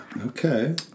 okay